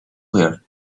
player